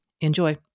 Enjoy